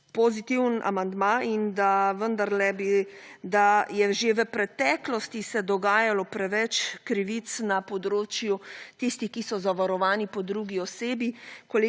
pozitiven amandma in da vendarle je že v preteklosti se dogajalo preveč krivic na področju tistih, ki so zavarovani po drugi osebi.